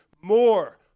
more